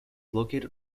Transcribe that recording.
located